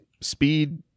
speed